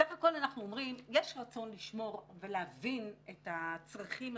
בסך הכול אנחנו אומרים שיש רצון לשמור ולהבין את הצרכים הספציפיים,